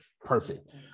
perfect